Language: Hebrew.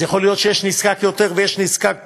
אז יכול להיות שיש נזקק יותר ויש נזקק פחות,